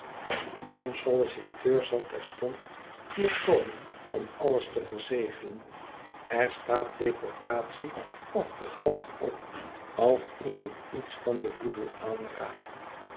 mijn solliciteur zal terstond hier komen om alles te verzegelen er staat deportatie of de galg op als iemand iets van den boedel aanraakt